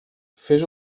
fes